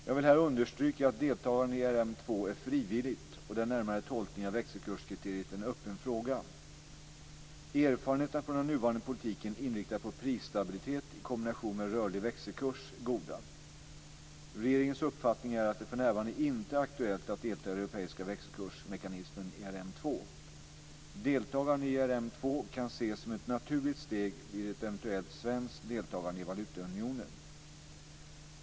Jag vill här understryka att deltagande i ERM2 är frivilligt, och den närmare tolkningen av växelkurskriteriet är en öppen fråga. Erfarenheterna från den nuvarande politiken inriktad på prisstabilitet i kombination med rörlig växelkurs är goda. Regeringens uppfattning är att det för närvarande inte är aktuellt att delta i den europeiska växelkursmekanismen ERM2. Deltagande i ERM2 kan ses som ett naturligt steg vid ett eventuellt svenskt deltagande i valutaunionen.